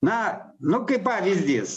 na nu kaip pavyzdys